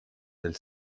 del